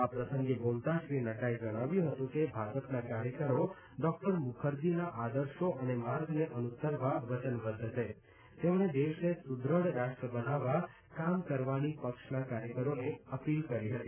આ પ્રસંગે બોલતાં શ્રી નડ઼ાએ જણાવ્યું હતું કે ભાજપના કાર્યકરો ડોકટર મુખરજીના આદર્શો અને માર્ગને અનુસરવા વચનબદ્વ છે તેમણે દેશને સુદેઢ રાષ્ટ્ર બનાવવા કામ કરવાની પક્ષના કાર્યકરોને અપીલ પણ કરી હતી